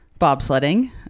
bobsledding